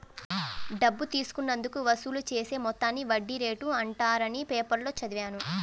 డబ్బు తీసుకున్నందుకు వసూలు చేసే మొత్తాన్ని వడ్డీ రేటు అంటారని పేపర్లో చదివాను